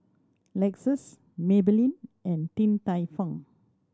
Lexus Maybelline and Din Tai Fung